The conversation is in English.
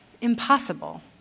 impossible